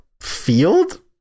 field